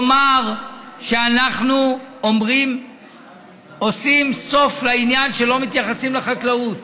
יאמר שאנחנו עושים סוף לעניין שלא מתייחסים לחקלאות.